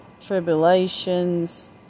tribulations